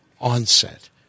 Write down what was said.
onset